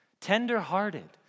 tender-hearted